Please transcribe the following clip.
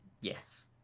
Yes